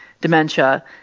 dementia